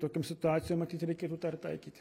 tokiom situacijom matyt reikėtų tą ir taikyti